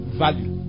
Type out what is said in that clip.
value